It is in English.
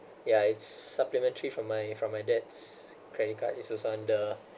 ya it's supplementary from my from my dad's credit card it's also under